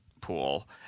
pool